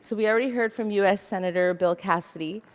so we already heard from u s. sen. bill cassidy,